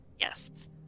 Yes